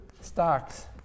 stocks